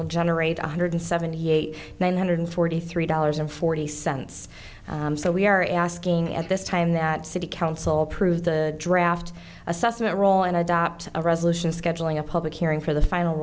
will generate one hundred seventy eight nine hundred forty three dollars and forty cents so we are asking at this time that city council approved the draft assessment roll and adopt a resolution scheduling a public hearing for the final